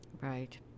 Right